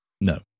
No